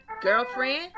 Girlfriend